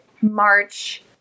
March